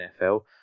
NFL